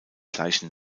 gleichen